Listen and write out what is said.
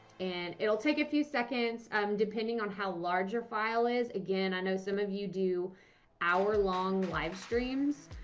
and it'll take a few seconds um depending on how large your file is. again, i know some of you do hour long live streams.